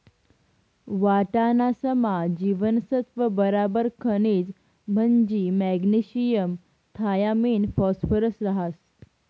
वाटाणासमा जीवनसत्त्व बराबर खनिज म्हंजी मॅग्नेशियम थायामिन फॉस्फरस रहास